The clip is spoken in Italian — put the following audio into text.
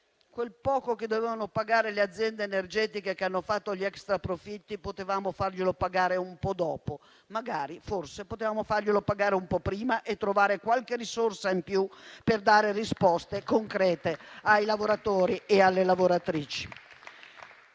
quel poco che dovevano pagare le aziende energetiche che hanno fatto gli extraprofitti potevamo farglielo pagare un po' dopo; magari forse potevamo farglielo pagare un po' prima e trovare qualche risorsa in più per dare risposte concrete ai lavoratori e alle lavoratrici.